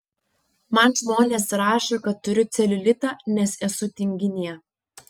man žmonės rašo kad turiu celiulitą nes esu tinginė